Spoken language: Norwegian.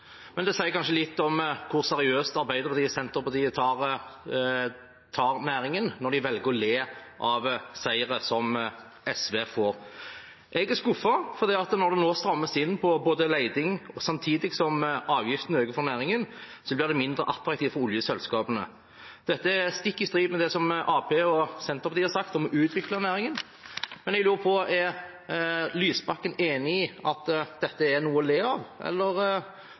Men det sier kanskje litt om hvor seriøst Arbeiderpartiet og Senterpartiet tar næringen, når de velger å le av seire som SV får. Jeg er skuffet, for når det nå strammes inn på leting samtidig som avgiftene øker for næringen, blir det mindre attraktivt for oljeselskapene. Dette er stikk i strid med det Arbeiderpartiet og Senterpartiet har sagt om å utvikle næringen, men jeg lurer på: Er Lysbakken enig i at dette er noe å le av, eller